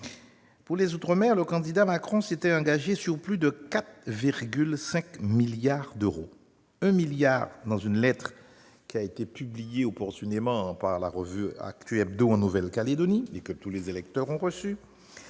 Pour les outre-mer, le candidat Macron s'était engagé sur plus de 4,5 milliards d'euros : 1 milliard d'euros dans une lettre publiée opportunément par l'hebdomadaire en Nouvelle-Calédonie, que tous les électeurs ont reçue